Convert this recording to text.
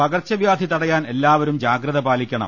പകർച്ചവ്യാധി തടയാൻ എല്ലാവരും ജാഗ്രതപാലിക്കണം